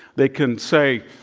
they can say,